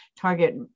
target